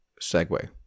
segue